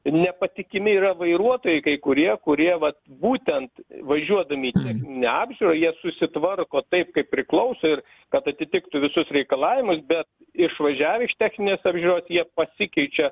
nepatikimi yra vairuotojai kai kurie kurie vat būtent važiuodami techninę apžiūrą jie susitvarko taip kaip priklauso ir kad atitiktų visus reikalavimus bet išvažiavę iš techninės apžiūros jie pasikeičia